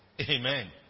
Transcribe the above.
Amen